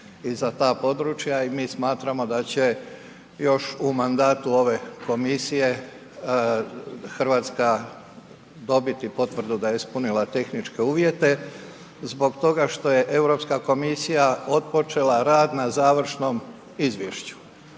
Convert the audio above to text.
i za ta područja i mi smatramo da će još u mandatu ove komisije Hrvatska dobiti potvrdu da je ispunila tehničke uvjete, zbog toga što je Europska komisija otpočela rad na završnom izvješću.